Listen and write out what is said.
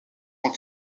tant